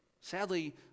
Sadly